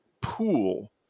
pool